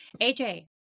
AJ